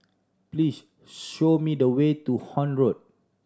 please show me the way to Horne Road